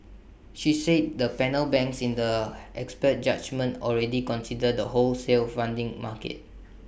she said the panel banks in the expert judgement already consider the wholesale funding market